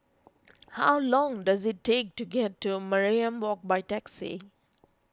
how long does it take to get to Mariam Walk by taxi